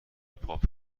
پاپ